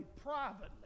privately